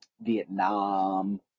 Vietnam